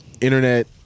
internet